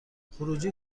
خروجی